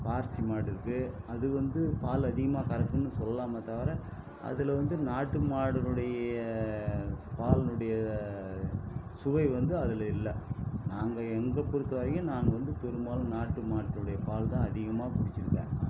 பார்சி மாடு இருக்குது அது வந்து பால் அதிகமாக கறக்கும்னு சொல்லலாமே தவிர அதில் வந்து நாட்டு மாடுனுடைய பால்னுடைய சுவை வந்து அதில் இல்லை நாங்கள் எங்கள் பொருத்தவரையும் நான் வந்து பெரும்பாலும் நாட்டு மாட்டினுடைய பால் தான் அதிகமாக குடிச்சுருக்கேன்